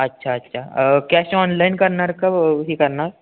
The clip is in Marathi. अच्छा अच्छा कॅश ऑनलाईन करणार हे करणार